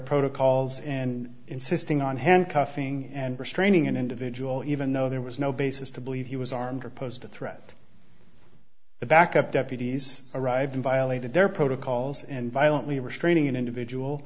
protocols and insisting on handcuffing and restraining an individual even though there was no basis to believe he was armed or posed a threat the backup deputies arrived violated their protocols and violently restraining an individual